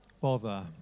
bother